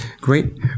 Great